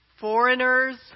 foreigners